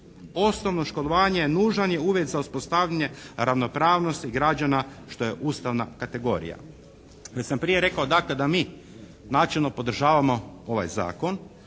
Osnovno školovanje nužan je uvjet za uspostavljanje ravnopravnosti građana što je ustavna kategorija. Već sam prije rekao, dakle, da mi načelno podržavamo ovaj Zakon